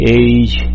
age